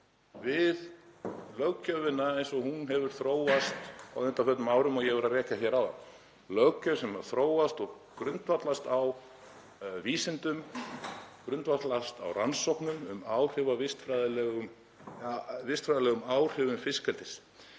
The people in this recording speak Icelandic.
við löggjöfina eins og hún hefur þróast á undanförnum árum og ég var að rekja hér áðan, þá löggjöf sem hefur þróast og grundvallast á vísindum, grundvallast á rannsóknum um áhrif á vistfræðilegum áhrifum fiskeldis,